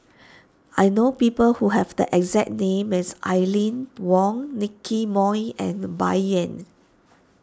I know people who have the exact name as Aline Wong Nicky Moey and Bai Yan